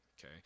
okay